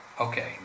Okay